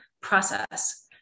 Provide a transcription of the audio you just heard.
process